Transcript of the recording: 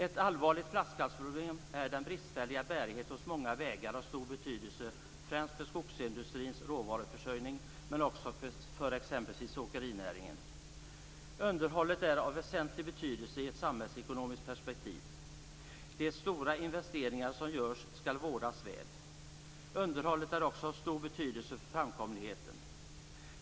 Ett allvarligt flaskhalsproblem är den bristfälliga bärighet hos många vägar som är av stor betydelse främst för skogsindustrins råvaruförsörjning men också för exempelvis åkerinäringen. Underhållet är av väsentlig betydelse i ett samhällsekonomiskt perspektiv. De stora investeringar som görs skall vårdas väl. Underhållet är också av stor betydelse för framkomligheten.